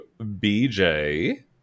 BJ